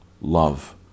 love